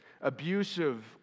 abusive